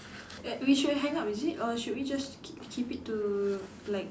at we should hang up is it or should we just ke~ keep it to like